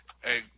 hey